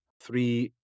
Three